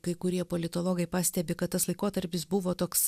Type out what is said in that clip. kai kurie politologai pastebi kad tas laikotarpis buvo toks